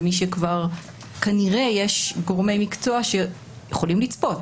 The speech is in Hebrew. למי שכבר כנראה יש גורמי מקצוע שיכולים לצפות,